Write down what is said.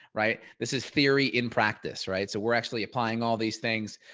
right? this is theory in practice, right? so we're actually applying all these things.